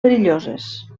perilloses